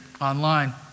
online